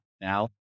now